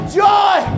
joy